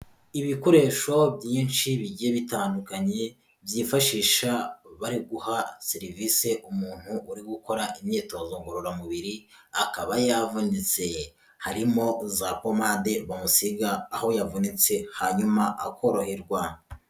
Ibikoresho byinshi bigiye bitandukanye, byifashisha bari guha serivisi umuntu uri gukora imyitozo ngororamubiri akaba yavunitse, harimo za pomade bamusiga aho yavunitse hanyuma akoroherwa.